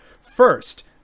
first